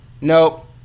nope